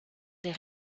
les